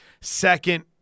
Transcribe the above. Second